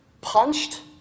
punched